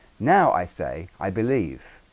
now i say i believe